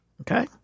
Okay